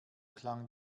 klang